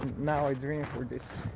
now i dream for this.